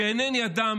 שאינני אדם